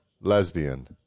lesbian